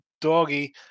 doggy